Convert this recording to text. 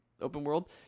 open-world